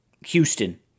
Houston